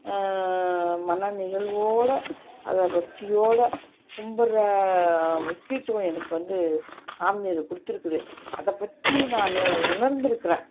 மனநிகழ்வோட அதை பக்தியோடு கும்பிட்ற முக்கியத்துவம் எனக்கு வந்து சாமி அது கொடுத்துருக்குது அதைப் பற்றி நான் உணர்ந்திருக்கறேன்